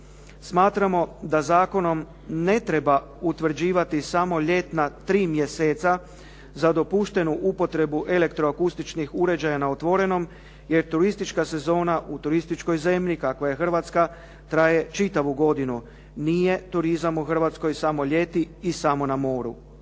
Smatramo da zakonom ne treba utvrđivati samo ljetna 3 mjeseca za dopuštenu upotrebu elektroakustičkih uređaja na otvorenom, jer turistička sezona u turističkoj zemlji kakva je Hrvatska traje čitavu godinu. Nije turizam u Hrvatskoj samo ljeti i samo na moru.